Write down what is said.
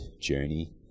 journey